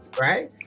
right